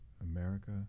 America